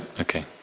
okay